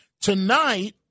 Tonight